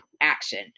action